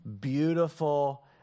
beautiful